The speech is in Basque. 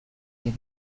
ere